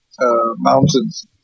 mountains